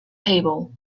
table